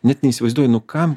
net neįsivaizduoju nu kam